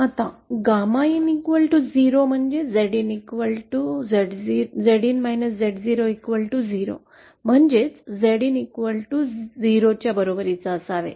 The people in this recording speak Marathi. आता 𝜞in 0 म्हणजे Zin Z0 0 म्हणजेच ZinZ0 च्या बरोबरीचे असावे